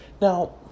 Now